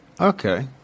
Okay